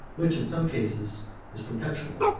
which in some cases was perpetual,